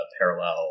Parallel